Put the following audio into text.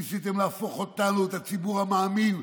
ניסיתם להפוך אותנו, את הציבור המאמין,